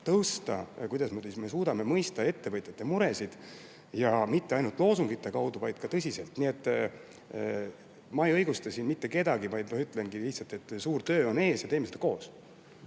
tõsta, kuidasmoodi me suudame mõista ettevõtjate muresid, ja mitte ainult loosungite kaudu, vaid ka tõsiselt. Nii et ma ei õigusta mitte kedagi, vaid ütlengi lihtsalt: suur töö on ees ja teeme seda koos.